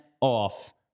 off